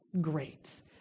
great